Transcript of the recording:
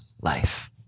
life